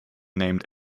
named